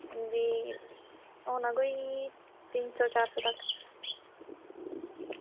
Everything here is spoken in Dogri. अंजी होना कोई तीन सौ चार सौ तगर